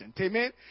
Amen